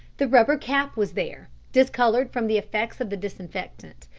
the rubber cap was there, discoloured from the effects of the disinfectant,